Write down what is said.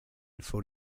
for